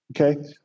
okay